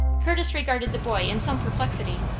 curtis regarded the boy in some perplexity.